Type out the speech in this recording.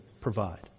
provide